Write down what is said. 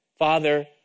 father